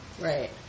right